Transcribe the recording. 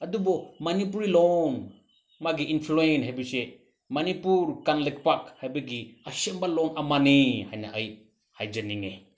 ꯑꯗꯨꯕꯨ ꯃꯅꯤꯄꯨꯔꯤ ꯂꯣꯟ ꯃꯥꯒꯤ ꯏꯟꯐ꯭ꯂꯨꯌꯦꯟꯁ ꯍꯥꯏꯕꯁꯦ ꯃꯅꯤꯄꯨꯔ ꯀꯪꯂꯩꯄꯥꯛ ꯍꯥꯏꯕꯒꯤ ꯑꯁꯦꯡꯕ ꯂꯣꯟ ꯑꯃꯅꯤ ꯍꯥꯏꯅ ꯑꯩ ꯍꯥꯏꯖꯅꯤꯡꯉꯤ